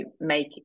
make